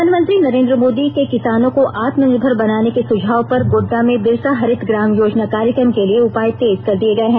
प्रधानमंत्री नरेन्द्र मोदी के किसानों को आत्मनिर्भर बनाने के सुझाव पर गोड्डा में बिरसा हरित ग्राम योजना कार्यक्रम के लिए उपाय तेज कर दिए गए हैं